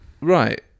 Right